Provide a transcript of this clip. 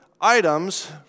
items